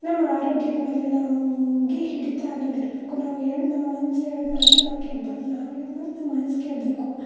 ನಮ್ಮ ಆರೋಗ್ಯದ ಮೇಲೆ ನಮಗೆ ಹಿಡಿತ ಅನ್ನೋದಿರಬೇಕು ನಮಗೆ ನಮ್ಮ ಮನಸ್ಸು ಹೇಳಿದ ಮಾತನ್ನು ನಾವು ಕೇಳಬಾರ್ದು ನಾವು ಹೇಳಿದ ಮಾತು ನಮ್ಮ ಮನಸ್ಸು ಕೇಳಬೇಕು